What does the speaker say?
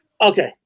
Okay